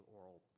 oral